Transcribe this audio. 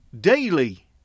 Daily